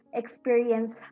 experience